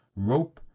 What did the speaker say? rope,